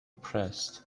pressed